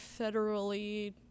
federally